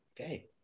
Okay